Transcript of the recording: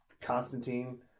Constantine